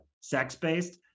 sex-based